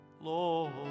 Lord